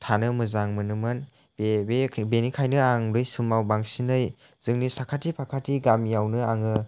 थानो मोजां मोनोमोन बे बेनिखायनो आं बै समाव बांसिनै जोंनि साखाथि फाखाथि गामिआवनो आङो